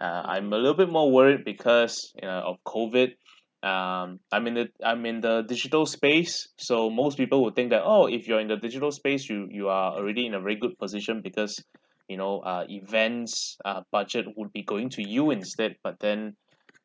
uh I'm a little bit more worried because you know of COVID um I'm in the I'm in the digital space so most people would think that oh if you are in the digital space you you are already in a very good position because you know uh events uh budget would be going to you instead but then